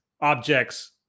objects